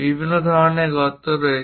বিভিন্ন ধরনের গর্ত রয়েছে